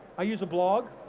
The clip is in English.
i use a blog,